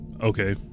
okay